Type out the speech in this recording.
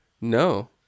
No